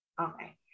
Okay